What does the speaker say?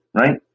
right